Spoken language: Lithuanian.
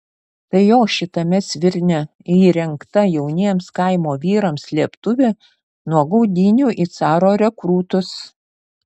tai jo šitame svirne įrengta jauniems kaimo vyrams slėptuvė nuo gaudynių į caro rekrūtus